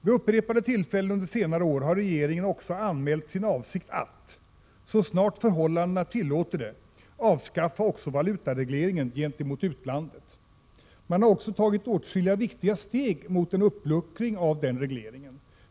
Vid upprepade tillfällen under senare år har regeringen också anmält sin avsikt att — ”så snart förhållandena tillåter det” — avskaffa också valutaregleringen gentemot utlandet. Man har även tagit åtskilliga viktiga steg mot en uppluckring av denna reglering!